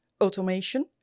automation